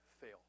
fail